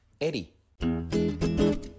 Eddie